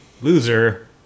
loser